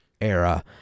era